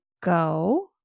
go